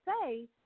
say